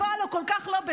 תומך הטרור הזה,